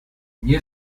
new